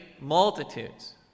multitudes